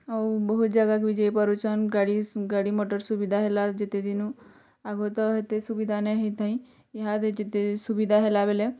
ଆଉ ବହୁତ୍ ଯାଗାକୁ ଯାଇପାରୁଛନ୍ ଗାଡ଼ି ଗାଡ଼ି ମଟର୍ ସୁବିଧା ହେଲା ଯେତେ ଦିନୁ ଆଗ ତ ଏତେ ସୁବିଧା ନାଇଁହେଇଁଥାଇଁ ଇହାଦେ ଯେତେ ସୁବିଧା ହେଲା ବେଲେ